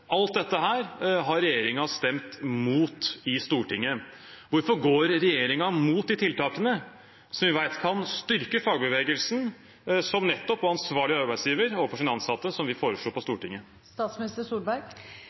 Alt dette har regjeringen stemt imot i Stortinget. Hvorfor går regjeringen imot de tiltakene som vi vet kan styrke fagbevegelsen og ansvarliggjøre arbeidsgiveren overfor sine ansatte, og som vi foreslo på